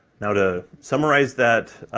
now to summarize that,